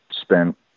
Spent